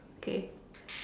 okay